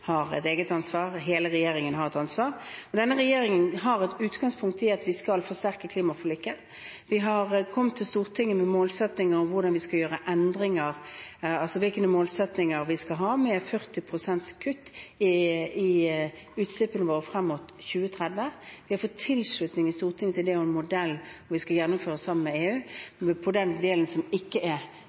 et ansvar. Men denne regjeringen har som utgangspunkt at vi skal forsterke klimaforliket. Vi har kommet til Stortinget med målsettinger om hvordan vi skal gjøre endringer, og hvilke målsettinger vi skal ha, med 40 pst. kutt i utslippene våre frem mot 2030. Vi har fått tilslutning i Stortinget til det og en modell som vi skal gjennomføre sammen med EU på den delen som ikke er